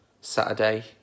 Saturday